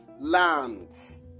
lands